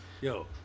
Yo